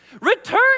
Return